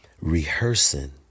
rehearsing